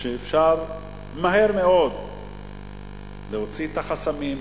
ואפשר מהר מאוד להוציא את החסמים,